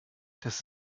das